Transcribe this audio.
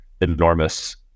enormous